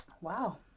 Wow